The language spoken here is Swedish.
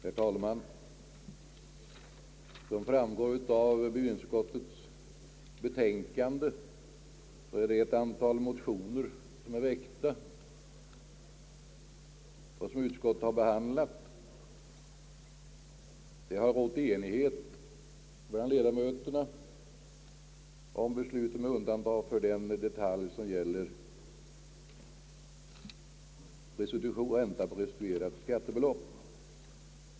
Herr talman! Som framgår av bevillningsutskottets betänkande, så är det ett antal motioner som är väckta och som utskottet har behandlat. Det har rått enighet mellan ledamöterna om beslutet, med undantag för den detalj som gäller ränta på restituerat skattebelopp.